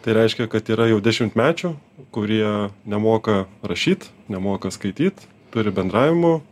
tai reiškia kad yra jau dešimtmečių kurie nemoka rašyt nemoka skaityt turi bendravimo